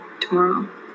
Tomorrow